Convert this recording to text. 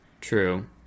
True